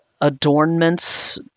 adornments